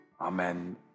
Amen